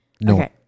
No